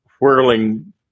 whirling